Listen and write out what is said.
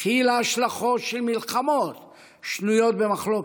הכילה השלכות של מלחמות שנויות במחלוקת,